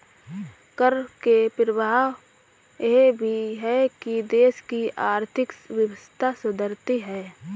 कर के प्रभाव यह भी है कि देश की आर्थिक व्यवस्था सुधरती है